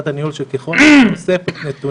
וקשורות לפריסה של כמעט 900 שוטרים